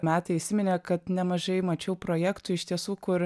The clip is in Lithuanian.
metai įsiminė kad nemažai mačiau projektų iš tiesų kur